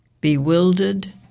bewildered